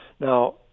Now